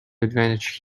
advantage